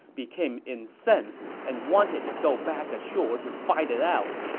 became incensed and wanted to go back ashore to fight it out,